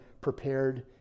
prepared